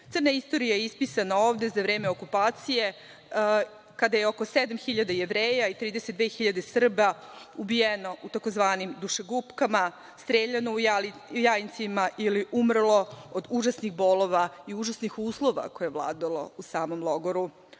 Crna istorija je ispisana ovde za vreme okupacije, a kada je oko 7.000 Jevreja i 32.000 Srba ubijeno u tzv. dušegupkama, streljano u Jajincima ili umrlo od užasnih bolova i užasnih uslova koji su vladali u samom logoru. Posle